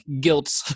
guilt